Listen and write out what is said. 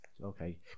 okay